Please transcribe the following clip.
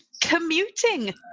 commuting